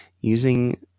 using